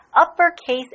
uppercase